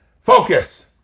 Focus